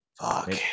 Fuck